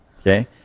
okay